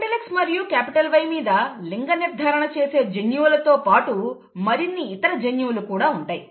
X మరియు Y మీద లింగనిర్ధారణ చేసే జన్యువులతో పాటుగా మరిన్ని ఇతర జన్యువులు కూడా ఉంటాయి